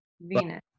Venus